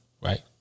Right